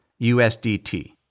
USDT